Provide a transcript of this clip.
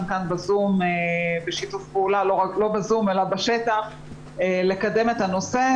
כאן בשטח בשיתוף פעולה לקדם את הנושא,